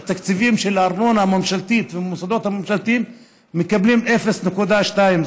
מהתקציבים של הארנונה הממשלתית והמוסדות הממשלתיים מקבלים 0.2%,